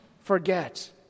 forget